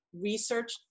research